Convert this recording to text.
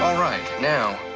um right, now,